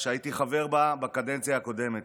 שהייתי חבר בה בקדנציה הקודמת,